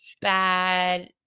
bad